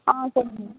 ஆ சொல்லுங்கள்